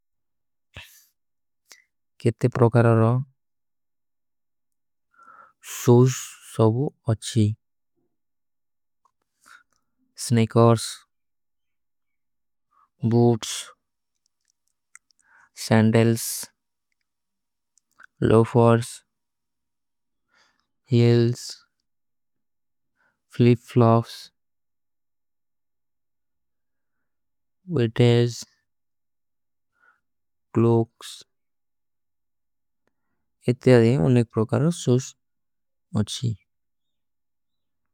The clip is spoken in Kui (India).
କେତେ ପ୍ରୋକରାରୋଂ ସୂସ ସବୂ ଅଚ୍ଛୀ sneakers. Boots, sandal, loafers, heels, flip. Flops, vintage, clogs, କେତେ ଅଦେ। ଅନୁନେ ପ୍ରୋକରାରୋଂ ସୂସ ଅଚ୍ଛୀ ସ୍ନେକର୍ସ।